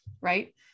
right